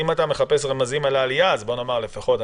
אם אתה מחפש רמזים על העלייה בתחלואה אז בואו נאמר אני